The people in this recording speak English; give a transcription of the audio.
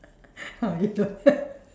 how I know